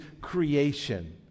creation